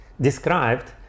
described